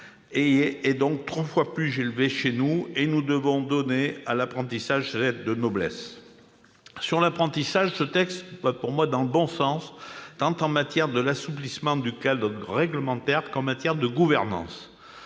est trois fois plus élevé chez nous. Nous devons donc donner à l'apprentissage ses lettres de noblesse. Sur l'apprentissage, ce texte va dans le bon sens, tant en matière d'assouplissement du cadre réglementaire qu'en matière de gouvernance,